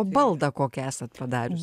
o baldą kokia esat padarius